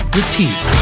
repeat